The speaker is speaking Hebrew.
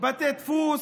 בתי דפוס,